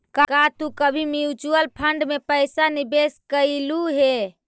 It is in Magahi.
का तू कभी म्यूचुअल फंड में पैसा निवेश कइलू हे